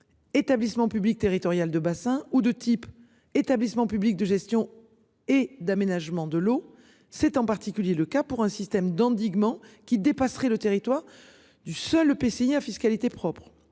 Établissement public territorial de bassin ou de type établissement public de gestion et d'aménagement de l'eau, c'est en particulier le cas pour un système d'endiguement qui dépasserait le territoire du seuls EPCI à fiscalité propre.